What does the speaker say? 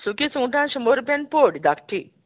सुकी सुंगटां शंबर रुपयान पड धाकटीं